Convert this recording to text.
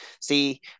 See